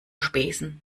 spesen